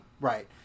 Right